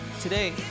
Today